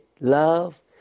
love